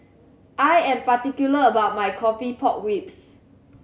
I am particular about my coffee pork ribs